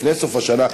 לפני סוף השנה,